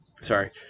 sorry